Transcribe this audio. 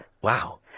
Wow